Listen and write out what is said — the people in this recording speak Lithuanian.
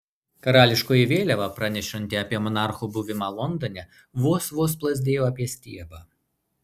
karališkoji vėliava pranešanti apie monarcho buvimą londone vos vos plazdėjo apie stiebą